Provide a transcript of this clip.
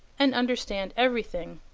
and understand everything.